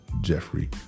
Jeffrey